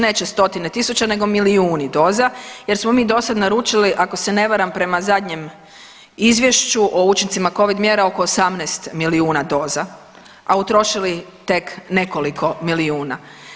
Neće stotine tisuća, nego milijuni doza jer smo mi do sad naručili ako se ne varam prema zadnjem izvješću o učincima covid mjera oko 18 milijuna doza, a utrošili tek nekoliko milijuna.